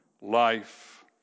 life